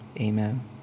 amen